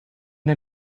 der